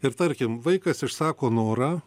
ir tarkim vaikas išsako norą